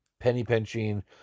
penny-pinching